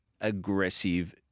aggressive